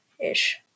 ish